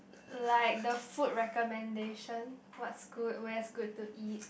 like the food recommendation what's good where's good to eat